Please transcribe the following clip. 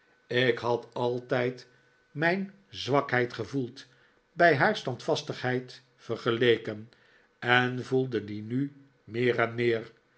ik had altijd mijn zwakheid gevoeld bij haar standvastigheid vergeleken en voelde die nu meer en meer